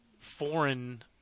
foreign